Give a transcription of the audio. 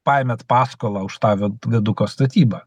paėmėt paskolą už tą viad viaduko statybą